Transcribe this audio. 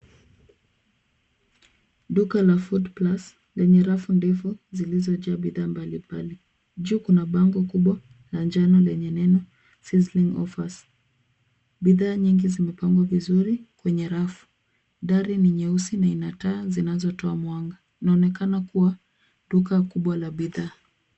Duka la foodplus lenye rafu ndefu zilizojaa bidhaa mbalimbali. Juu kuna bango kubwa la njano lenye neno sizzling offers . Bidhaa nyingi zimepangwa vizuri kwenye rafu. Dari ni nyeusi na ina taa zinazotoa mwanga. Inaonekana kuwa duka kubwa la bidhaa.